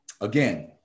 again